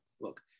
look